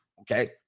okay